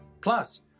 Plus